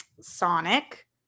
Sonic